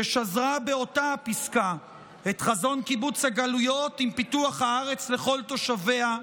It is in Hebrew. ששזרה באותה הפסקה את חזון קיבוץ הגלויות עם פיתוח הארץ לכל תושביה,